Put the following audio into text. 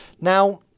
now